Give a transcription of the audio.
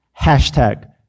hashtag